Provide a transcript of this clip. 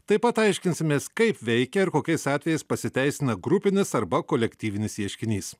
taip pat aiškinsimės kaip veikia ir kokiais atvejais pasiteisina grupinis arba kolektyvinis ieškinys